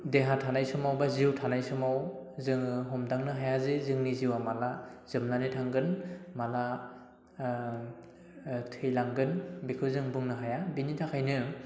देहा थानाय समाव बा जिउ थानाय समाव जोङो हमदांनो हाया जे जोंनि जिउआ माला जोबनानै थांगोन माला थैलांगोन बेखौ जों बुंनो हाया बिनि थाखायनो